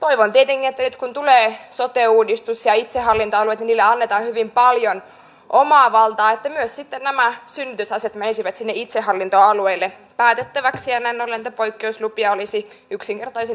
toivon tietenkin että nyt kun tulee sote uudistus ja itsehallintoalueet niille annetaan hyvin paljon omaa valtaa että myös sitten nämä synnytysasiat menisivät sinne itsehallintoalueille päätettäväksi ja näin ollen näitä poikkeuslupia olisi yksinkertaisinta jatkaa